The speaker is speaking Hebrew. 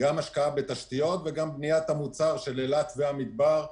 גם השקעה בתשתיות וגם בניית המוצר של אילת והמדבר.